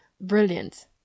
brilliant